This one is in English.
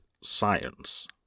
science